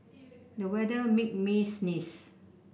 the weather made me sneeze